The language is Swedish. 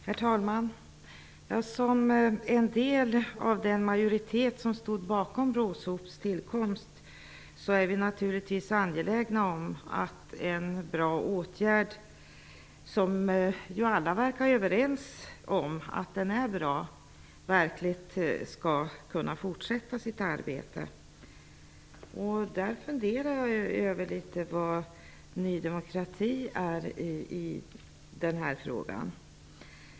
Herr talman! Såsom en del av den majoritet som stod bakom RÅSOP:s tillkomst är vi naturligtvis angelägna om att en bra organisation -- alla verkar överens om att den är bra -- verkligen skall få fortsätta sitt arbete. Därför funderar jag litet över var Ny demokrati står i denna fråga.